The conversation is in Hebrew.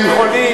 היום בית-חולים,